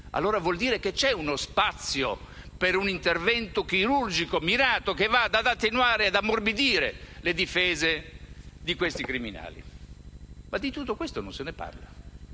C'è quindi uno spazio per un intervento chirurgico mirato che vada ad attenuare e ammorbidire le difese di questi criminali. Di tutto questo non si parla.